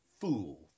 fool